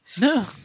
No